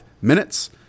minutes